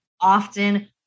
often